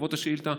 בעקבות השאילתה,